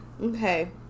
Okay